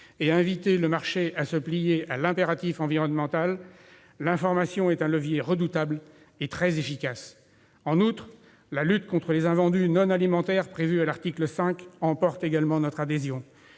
en sorte que le marché se plie à l'impératif environnemental, l'information est un levier redoutable et très efficace. En outre, la lutte contre les invendus non alimentaires prévue à l'article 5 emporte également notre adhésion.